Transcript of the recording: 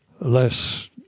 less